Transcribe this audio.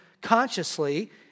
consciously